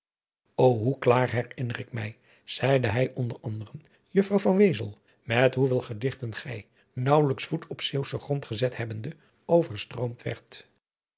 hoe klaar herinner ik mij zeide hij onder anderen juffrouw van wezel met hoeveel gedichten gij naauwelijks voet op zeeuwschen grond gezet hebbende overstroomd